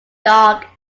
dark